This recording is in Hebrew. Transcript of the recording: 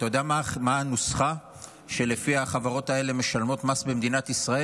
אתה יודע מה הנוסחה שלפיה החברות האלה משלמות מס במדינת ישראל?